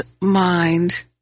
mind